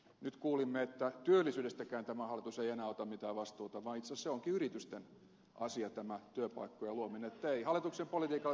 nyt kuulimme että työllisyydestäkään tämä hallitus ei enää ota mitään vastuuta vaan itse asiassa onkin yritysten asia tämä työpaikkojen luominen ei hallituksen politiikalla ole ilmeisesti mitään vaikutusta